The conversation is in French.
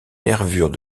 nervures